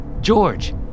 George